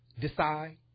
decide